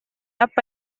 apa